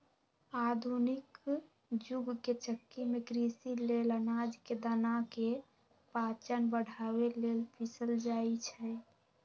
आधुनिक जुग के चक्की में कृषि लेल अनाज के दना के पाचन बढ़ाबे लेल पिसल जाई छै